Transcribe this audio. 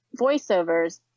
voiceovers